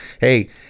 Hey